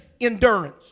endurance